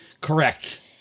correct